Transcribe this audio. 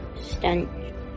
stench